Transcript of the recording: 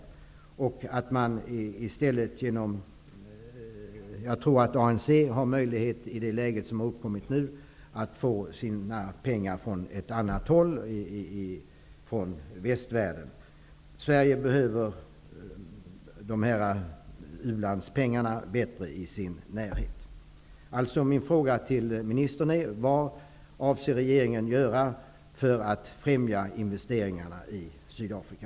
Jag tror att ANC i det läge som nu har uppkommit har möjlighet att få sina pengar från annat håll i västvärlden. Sverige har bättre användning för de här u-landspengarna i sin närhet.